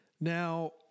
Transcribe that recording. Now